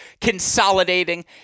consolidating